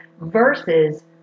versus